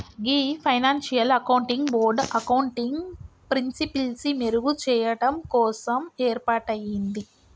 గీ financial accounting board accounting ప్రిన్సిపిల్సి మెరుగు చెయ్యడం కోసం ఏర్పాటయింది